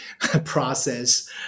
process